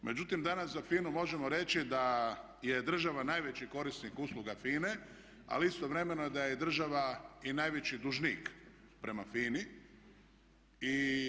Međutim, danas za FINA-u možemo reći da je država najveći korisnik usluga FINA-e ali istovremeno da je država i najveći dužnik prema FINA-i.